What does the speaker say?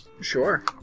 Sure